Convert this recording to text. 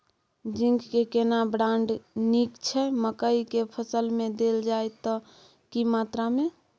Zinc के केना brand नीक छैय मकई के फसल में देल जाए त की मात्रा में?